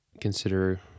consider